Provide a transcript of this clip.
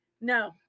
No